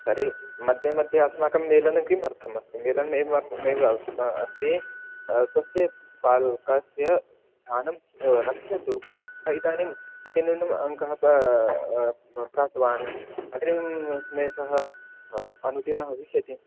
तर्हि मध्ये मध्ये अस्माकं मेलनं किमर्थमस्ति मेलनेवार्थमस्ति स्वस्य बालकस्य स्थानं रक्षतु इदानीम् अतिनूनम् अङ्काः प्रा प्राप्तवान् अग्रिमे सः अनुत्तीर्णः भविष्यति